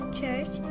church